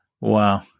Wow